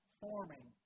forming